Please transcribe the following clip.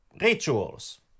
rituals